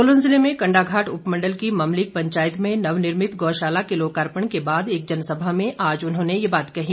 सोलन जिले में कण्डाघाट उपमंडल की ममलीग पंचायत में नवनिर्मित गौशाला के लोकार्पण के बाद एक जनसभा में आज उन्होंने ये बात कही